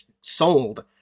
sold